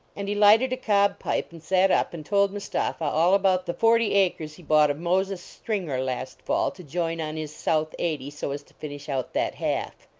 and he lighted a cob pipe and sat up and told mustapha all about the forty acres he bought of moses stringer last fall to join on his south eighty, so as to finish out that half.